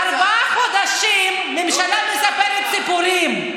ארבעה חודשים הממשלה מספרת סיפורים,